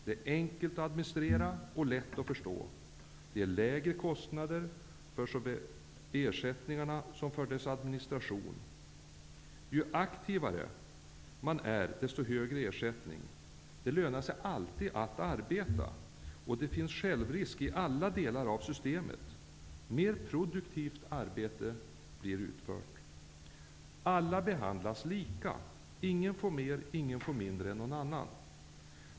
Det är enkelt att administrera och lätt att förstå. Det ger lägre kostnader för såväl ersättningarna som dess administration. Ju aktivare man är, desto högre ersättning får man. Det lönar sig alltid att arbeta, och det finns en självrisk i alla delar av systemet. Mer produktivt arbete blir utfört. Alla behandlas lika. Ingen får mer och ingen får mindre än någon annan.